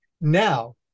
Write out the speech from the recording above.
Now